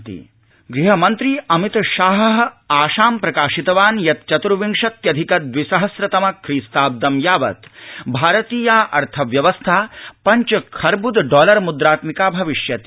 अमित शाहः गहमन्त्री अमित शाहः आशां प्रकाशितवान् यत् चतुर्विशत्यधिक दविसहस्रतम ख्रीस्ताब्दं यावत् भारतीया अर्थव्यवस्था पञ्चखर्ब्द डॉलर् मुद्रात्मिका भविष्यति